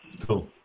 cool